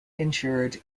insured